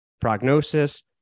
prognosis